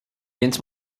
więc